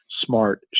smart